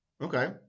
Okay